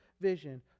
vision